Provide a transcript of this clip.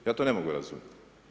Ja to ne mogu razumjeti.